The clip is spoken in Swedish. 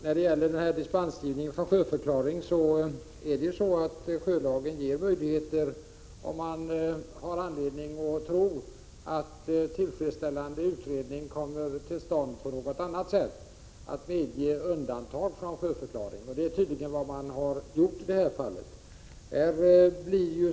Herr talman! Sjölagen ger möjlighet att, om man har anledning att tro att tillfredsställande utredning kommer till stånd på något annat sätt, medge undantag från sjöförklaring, och det är tydligen vad man har gjort i det här fallet.